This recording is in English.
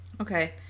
Okay